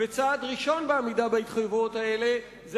צעד ראשון בעמידה בהתחייבויות האלה זה